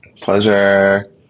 Pleasure